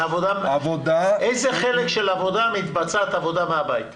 איזה חלק של העבודה מתבצע מהבית?